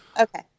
Okay